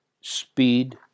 Speed